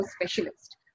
specialist